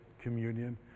communion